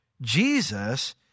Jesus